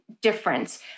difference